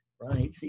right